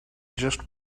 just